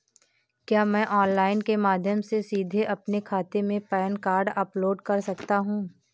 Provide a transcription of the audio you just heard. क्या मैं ऑनलाइन के माध्यम से सीधे अपने खाते में पैन कार्ड अपलोड कर सकता हूँ?